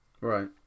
Right